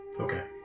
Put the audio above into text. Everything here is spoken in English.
Okay